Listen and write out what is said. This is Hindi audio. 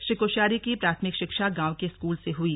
श्री कोश्यारी की प्राथमिक शिक्षा गांव के स्कूल से हुई